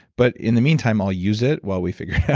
but in the meantime, i'll use it while we figured yeah